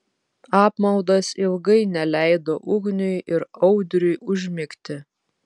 apmaudas ilgai neleido ugniui ir audriui užmigti